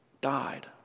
died